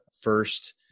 first